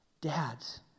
dads